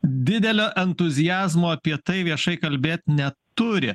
didelio entuziazmo apie tai viešai kalbėt ne turi